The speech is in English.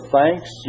thanks